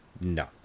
No